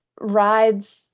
rides